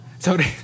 Sorry